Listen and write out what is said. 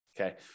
Okay